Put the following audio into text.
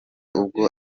ubwo